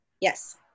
Yes